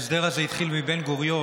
ההסדר הזה התחיל מבן-גוריון,